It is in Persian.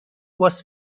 باس